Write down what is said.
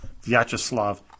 Vyacheslav